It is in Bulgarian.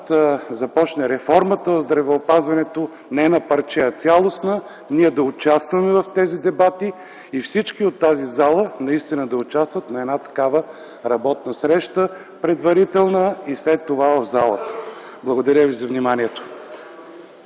започне реформата в здравеопазването – не на парче, а цялостна, ние да участваме в тези дебати и всички в тази зала наистина да участват в една такава предварителна работна среща и след това в залата. Благодаря Ви за вниманието.